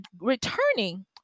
returning